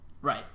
Right